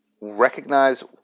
Recognize